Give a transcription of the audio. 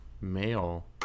male